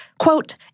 Quote